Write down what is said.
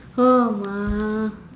oh my